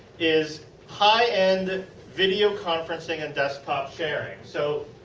is high-end video conferencing. and desktop sharing. so,